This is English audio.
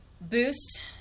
Boost